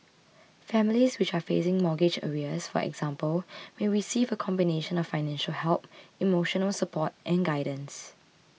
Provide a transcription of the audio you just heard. families which are facing mortgage arrears for example may receive a combination of financial help emotional support and guidance